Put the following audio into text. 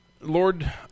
Lord